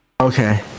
Okay